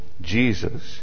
Jesus